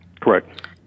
Correct